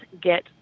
get